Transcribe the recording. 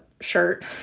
shirt